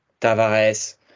Tavares